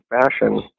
fashion